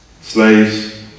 slaves